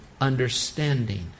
understanding